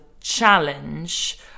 challenge